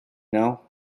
know